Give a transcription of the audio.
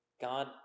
God